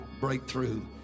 breakthrough